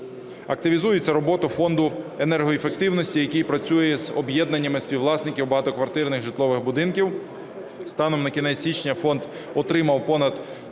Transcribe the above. Активізується робота Фонду енергоефективності, який працює з об'єднаннями співвласників багатоквартирних житлових будинків. Станом на кінець січня фонд отримав понад 900